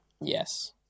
Yes